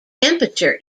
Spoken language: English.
temperature